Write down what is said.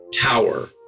tower